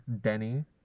denny